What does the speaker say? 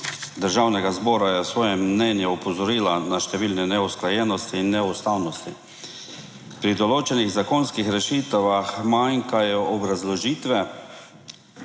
Državnega zbora je v svojem mnenju opozorila na številne neusklajenosti in neustavnosti pri določenih zakonskih rešitvah manjkajo obrazložitve,